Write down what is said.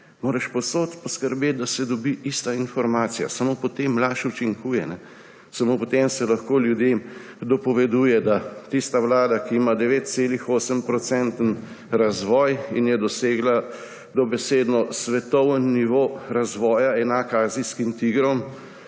moraš povsod poskrbeti, da se dobi ista informacija, samo tako laž učinkuje. Samo tako se lahko ljudem dopoveduje, da je tista vlada, ki ima 9,8-odstoten razvoj in je dosegla dobesedno svetovni nivo razvoja, enak azijskim tigrom,